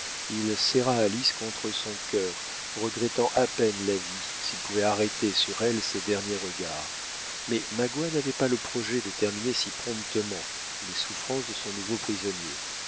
il serra alice contre son cœur regrettant à peine la vie s'il pouvait arrêter sur elle ses derniers regards mais magua n'avait pas le projet de terminer si promptement les souffrances de son nouveau prisonnier